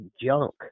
junk